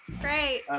Great